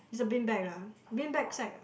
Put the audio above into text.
its a bean bag ah bean bag sack ah